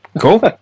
cool